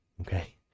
Okay